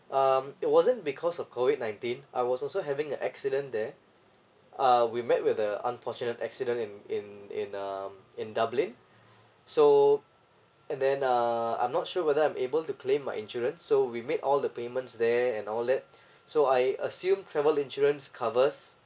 um it wasn't because of COVID nineteen I was also having a accident there uh we met with the unfortunate accident in in in um in dublin so and then uh I'm not sure whether I'm able to claim my insurance so we make all the payments there and all that so I assume travel insurance covers